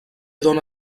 dóna